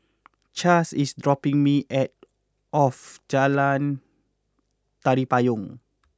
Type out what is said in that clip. Chaz is dropping me at off Jalan Tari Payong